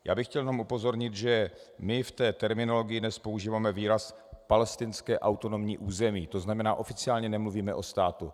Já bych chtěl jenom upozornit, že my v té terminologii dnes používáme výraz palestinské autonomní území, tzn. oficiálně nemluvíme o státu.